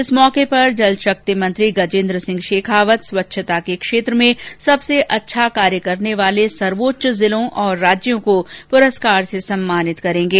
इस अवसर पर जल शक्ति मंत्री गजेन्द्र सिंह शेखावत स्वच्छता के क्षेत्र में सबसे अच्छा कार्य करने वाले सर्वोच्च जिलों और राज्यों को पुरस्कार से सम्मानित करेंगे